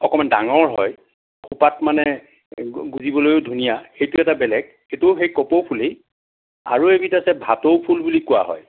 অকণমান ডাঙৰ হয় খোপাত মানে গুজিবলৈ ধুনীয়া সেইটো এটা বেলেগ সেইটোও সেই কপৌ ফুলেই আৰু এবিধ আছে ভাতৌ ফুল বুলি কোৱা হয়